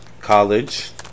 college